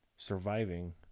Surviving